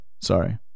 Sorry